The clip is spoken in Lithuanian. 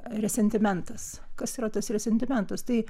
resentimentas kas yra tas resentimentas tai